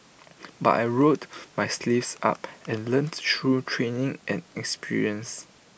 but I rolled my sleeves up and learnt through training and experience